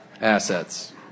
assets